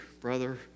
brother